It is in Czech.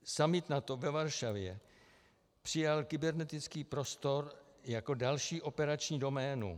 Summit NATO ve Varšavě přijal kybernetický prostor jako další operační doménu.